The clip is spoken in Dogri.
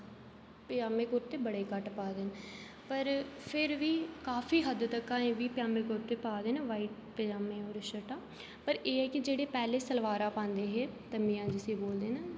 पजामे कुर्ते बडे़ घट्ट पाए दे न पर फिर बी काफी हद्द तक ऐहीं बी पजामे कुर्ते पाए दे न व्हाइट पजामे होर शर्टां पर एह् ऐ कि जेह्डे़ पैह्लें सलवारां पांदे हे तबिंयां जिसी बोलदे न